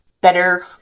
better